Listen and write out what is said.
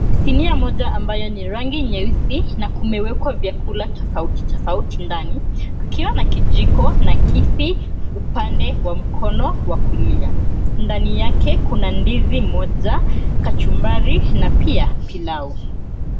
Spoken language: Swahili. Sinia moja ambayo ni rangi nyeusi na kumewekwa vyakula tofauti tofauti ndani, kukiwa na kijiko na kisu upande wa mkono wa kulia. Ndani yake kuna ndizi moja, kachumbari na pia pilau.